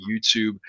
youtube